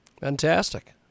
Fantastic